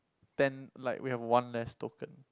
ten like we have one less token